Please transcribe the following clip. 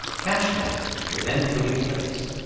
catch limits were then put in place.